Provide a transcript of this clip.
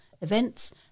events